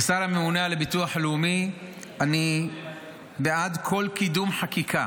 כשר הממונה על הביטוח הלאומי אני בעד כל קידום חקיקה